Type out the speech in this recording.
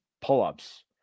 pull-ups